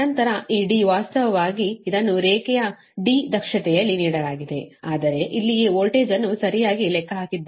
ನಂತರ ಈ D ವಾಸ್ತವವಾಗಿ ಇದನ್ನು ರೇಖೆಯ D ದಕ್ಷತೆಯಲ್ಲಿ ನೀಡಲಾಗಿದೆ ಆದರೆ ಇಲ್ಲಿಯೇ ವೋಲ್ಟೇಜ್ ಅನ್ನು ಸರಿಯಾಗಿ ಲೆಕ್ಕ ಹಾಕಿದ್ದೇವೆ